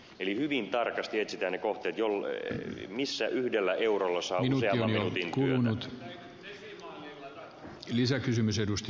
eli hyvin tarkasti etsitään ne kohteet missä yhdellä eurolla saa useamman minuutin työtä